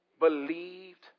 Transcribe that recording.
believed